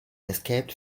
escaped